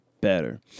better